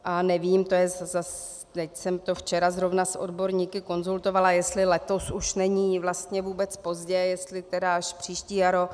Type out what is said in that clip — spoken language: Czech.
A nevím, to je zase teď jsem to včera zrovna s odborníky konzultovala, jestli letos už není vlastně vůbec pozdě, jestli tedy až příští jaro.